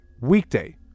Weekday